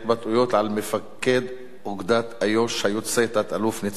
של מפקד אוגדת איו"ש היוצא תת-אלוף ניצן אלון